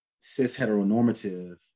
cis-heteronormative